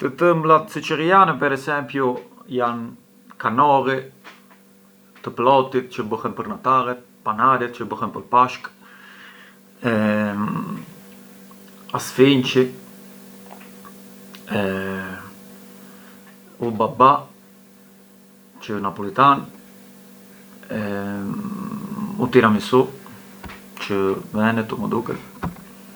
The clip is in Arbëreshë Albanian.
Të Tëmblat siçilljane per esempiu jan kanolli, të plotit çë bunen pë natallet, panarja çë bunet pë Pashkët, sfinçi, u babbà çë ë Napulitan, u Tiramisù çë ë Venetu më duket.